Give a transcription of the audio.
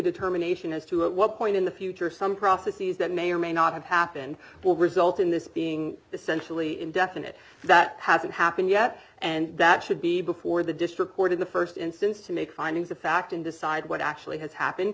determination as to at what point in the future some prophecies that may or may not have happened will result in this being the sensually indefinite that hasn't happened yet and that should be before the district court in the st instance to make findings of fact and decide what actually has happened